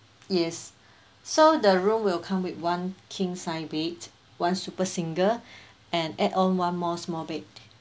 yes so the room will come with one king sized bed one super single and add on one more small bed